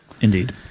Indeed